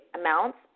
amounts